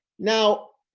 now,